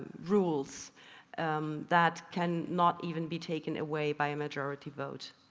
rules that can not even be taken away by a majority vote.